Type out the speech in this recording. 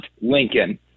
Lincoln